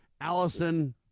Allison